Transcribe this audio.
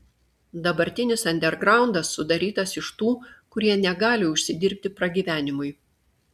dabartinis andergraundas sudarytas iš tų kurie negali užsidirbti pragyvenimui